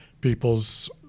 peoples